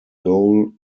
goal